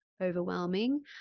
overwhelming